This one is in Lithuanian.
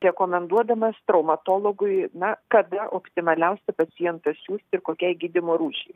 rekomenduodamas traumatologui na kada optimaliausia pacientą siųst ir kokiai gydymo rūšiai